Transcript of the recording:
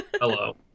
hello